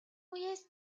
үеэс